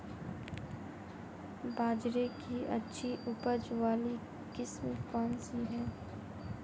बाजरे की अच्छी उपज वाली किस्म कौनसी है?